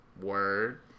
Word